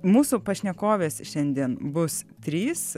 mūsų pašnekovės šiandien bus trys